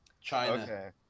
China